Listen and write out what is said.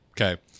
Okay